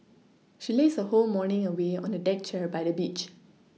she lazed her whole morning away on a deck chair by the beach